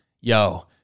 yo